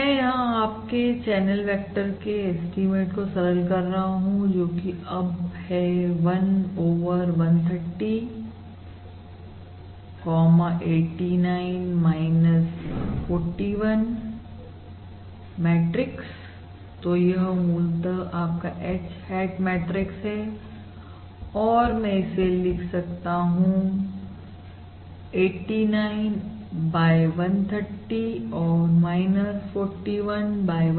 मैं यहां आपके चैनल वेक्टर के एस्टीमेट को सरल कर रहा हूं जो कि अब है 1 ओवर 130 89 41 मैट्रिक्स तो यह मूलतः आपका H hat मैट्रिक्स है और मैं इसे लिख सकता हूं 89130 और 41130